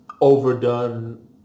overdone